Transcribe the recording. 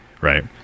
right